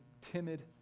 timid